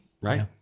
right